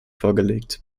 vorgelegt